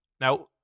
now